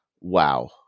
wow